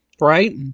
Right